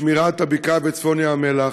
בשמירת הבקעה וצפון ים המלח,